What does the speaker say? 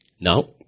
Now